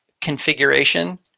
configuration